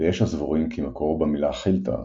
ויש הסבורים כי מקורו במילה "חילתה",